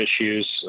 issues